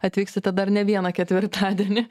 atvyksite dar ne vieną ketvirtadienį